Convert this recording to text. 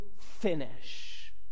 finish